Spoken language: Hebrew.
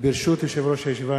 ברשות יושב-ראש הישיבה,